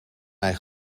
mij